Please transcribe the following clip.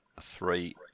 Three